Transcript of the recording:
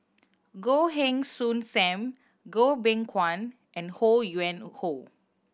Goh Heng Soon Sam Goh Beng Kwan and Ho Yuen Hoe